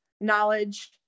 knowledge